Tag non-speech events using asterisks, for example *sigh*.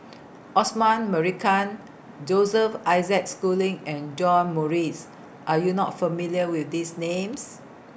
*noise* Osman Merican Joseph Isaac Schooling and John Morrice Are YOU not familiar with These Names